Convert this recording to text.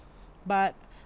but